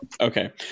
Okay